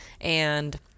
and-